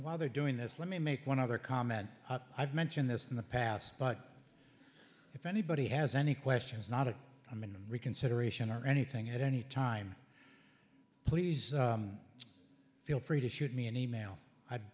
while they're doing this let me make one other comment i've mentioned this in the past but if anybody has any questions not of a minimum reconsideration or anything at any time please feel free to shoot me an email i